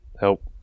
help